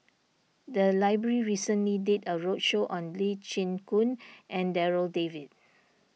the library recently did a roadshow on Lee Chin Koon and Darryl David